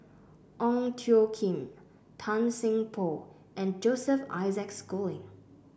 Ong Tjoe Kim Tan Seng Poh and Joseph Isaac Schooling